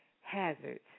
hazards